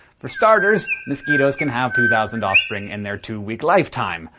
for starters, mosquitoes can have two thousand offspring in their two-week lifetime,